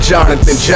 Jonathan